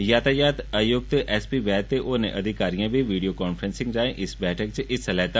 यातायात आयुक्त S P Vaid ते होरनें अधिकारिएं बी वीडियो काफ्रेसिंग राए इस बैठक च हिस्सा लैता